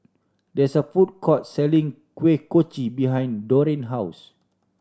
there is a food court selling Kuih Kochi behind Deron house